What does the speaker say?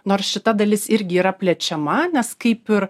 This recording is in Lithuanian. nors šita dalis irgi yra plečiama nes kaip ir